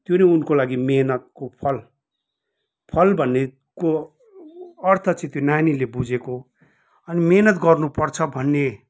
त्यो नै उनको लागि मिहिनेतको फल फल भन्नेको अर्थ चाहिँँ त्यो नानीले बुझेको अनि मिहिनेत गर्नुपर्छ भन्ने